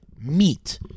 Meat